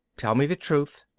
tell me the truth.